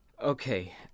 okay